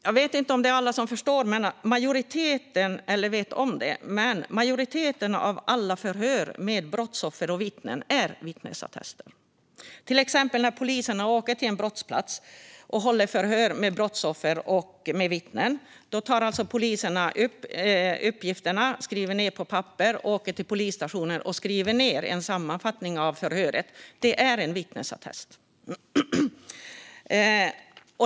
Jag vet inte om alla förstår det eller vet om det, men majoriteten av alla förhör med brottsoffer och vittnen är vittnesattester, till exempel när poliser åker till en brottsplats och håller förhör med brottsoffer och vittnen. Poliserna tar då upp uppgifter, skriver ned dem på papper, åker till polisstationen och skriver en sammanfattning av förhöret. Det är en vittnesattest.